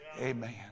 Amen